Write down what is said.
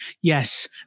Yes